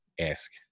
ask